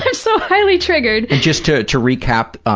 and so highly triggered. and just to to recap,